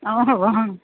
অঁ হ'ব